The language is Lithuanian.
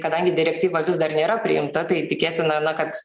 kadangi direktyva vis dar nėra priimta tai tikėtina na kad